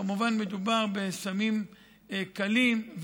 כמובן מדובר בסמים קלים,